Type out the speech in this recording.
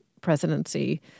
presidency